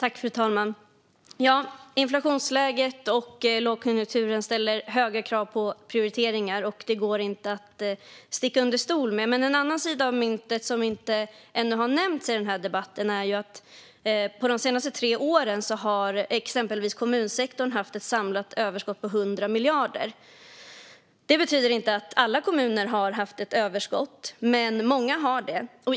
Fru talman! Inflationsläget och lågkonjunkturen ställer höga krav på prioriteringar. Det går inte att sticka under stol med. Men en sida av myntet som ännu inte nämnts i debatten är att för de tre senaste åren har kommunsektorn ett samlat överskott på 100 miljarder. Det betyder inte att alla kommuner har ett överskott, men många har det.